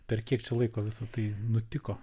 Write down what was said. per kiek čia laiko visa tai nutiko